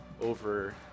over